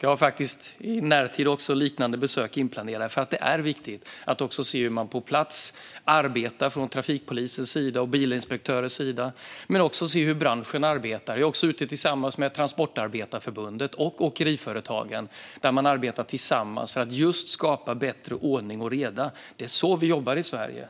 Jag har även i närtid liknande besök inplanerade. Det är viktigt att se hur man på plats arbetar från trafikpolisens och bilinspektörernas sida, men också att se hur branschen arbetar. Jag är även ute med Transportarbetareförbundet och Åkeriföretagen, som arbetar tillsammans just för att skapa bättre ordning och reda. Det är så vi jobbar i Sverige.